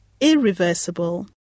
irreversible